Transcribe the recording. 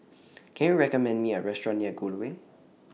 Can YOU recommend Me A Restaurant near Gul Way